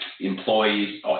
Employees